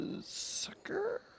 sucker